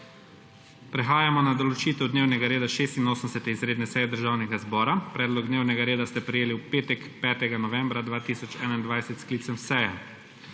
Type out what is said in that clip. Prehajamo na določitev dnevnega reda 86. izredne seje Državnega zbora. Predlog dnevnega reda ste prejeli v petek, 5. novembra 2021, s sklicem seje.